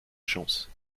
chance